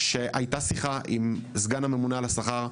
שהייתה שיחה עם סגן הממונה על השכר,